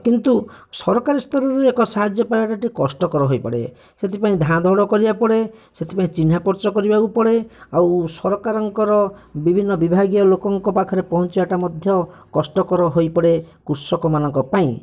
କିନ୍ତୁ ସରକାରୀ ସ୍ତରରେ ଏକ ସାହାଯ୍ୟ ପାଇବାଟା ଟିକେ କଷ୍ଟକର ହୋଇପଡ଼େ ସେଥିପାଇଁ ଧାଁଦୌଡ଼ କରିଆକୁ ପଡ଼େ ସେଥିପାଇଁ ଚିହ୍ନା ପରିଚୟ କରିବାକୁ ପଡ଼େ ଆଉ ସରକାରଙ୍କର ବିଭିନ୍ନ ବିଭାଗୀୟ ଲୋକଙ୍କ ପାଖରେ ପହଞ୍ଚିଆଟା ମଧ୍ୟ କଷ୍ଟକର ହୋଇପଡ଼େ କୃଷକମାନଙ୍କ ପାଇଁ